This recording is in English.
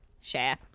share